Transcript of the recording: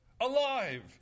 Alive